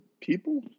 people